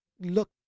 look